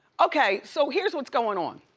okay, so here's what's going on.